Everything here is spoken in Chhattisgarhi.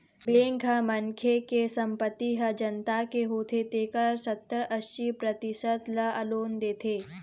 बेंक ह मनखे के संपत्ति ह जतना के होथे तेखर सत्तर, अस्सी परतिसत ल लोन देथे